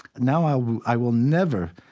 now i will i will never,